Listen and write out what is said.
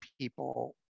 people